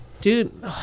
dude